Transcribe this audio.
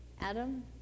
Adam